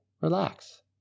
relax